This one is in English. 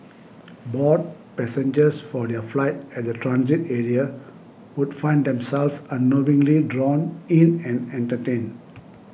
bored passengers for their flight at the transit area would find themselves unknowingly drawn in and entertained